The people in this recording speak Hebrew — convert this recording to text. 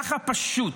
ככה פשוט.